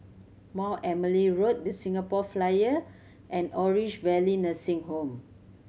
Mount Emily Road The Singapore Flyer and Orange Valley Nursing Home